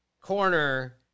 corner